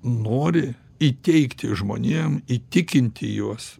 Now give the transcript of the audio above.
nori įteigti žmonėm įtikinti juos